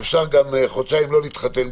אפשר גם חודשיים לא להתחתן,